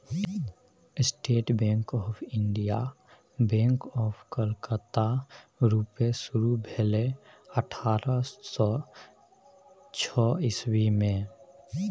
state Bank of India, Bank of Calcutta रुपे शुरु भेलै अठारह सय छअ इस्बी मे